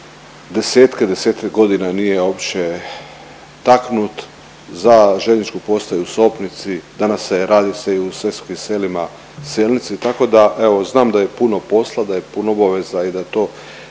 desetke, desetke godina nije uopće taknut, za željezničku postaju u Sopnici, danas se, radi se i u Sesvetskim Selima, Selnici, tako da, evo, znam da je puno posla, da je puno obaveza i da to